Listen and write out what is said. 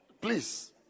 please